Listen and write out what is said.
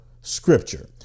scripture